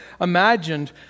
imagined